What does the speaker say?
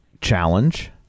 challenge